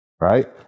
Right